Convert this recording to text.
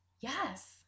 yes